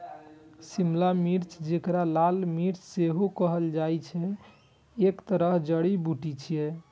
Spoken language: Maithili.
शिमला मिर्च, जेकरा लाल मिर्च सेहो कहल जाइ छै, एक तरहक जड़ी बूटी छियै